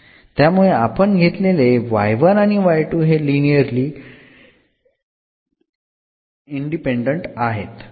त्यामुळे आपण घेतलेले आणि हे लिनिअरली इंडिपेंडंट आहेत